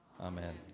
Amen